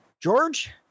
George